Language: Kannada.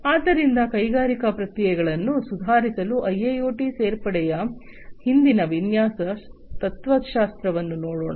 ಆದ್ದರಿಂದ ಕೈಗಾರಿಕಾ ಪ್ರಕ್ರಿಯೆಗಳನ್ನು ಸುಧಾರಿಸಲು ಐಐಓಟಿ ಸೇರ್ಪಡೆಯ ಹಿಂದಿನ ವಿನ್ಯಾಸ ತತ್ವಶಾಸ್ತ್ರವನ್ನು ನೋಡೋಣ